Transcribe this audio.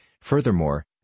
Furthermore